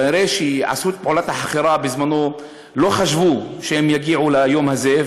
כנראה כשעשו את פעולת החכירה בזמנו לא חשבו שהם יגיעו ליום הזה,